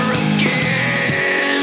again